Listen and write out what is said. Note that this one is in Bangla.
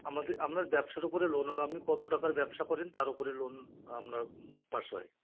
আমাদের আপনার ব্যবসার ওপরে লোন হবে আপনি কতো টাকার ব্যবসা করেন তার ওপরে লোন আমরা পাস হয়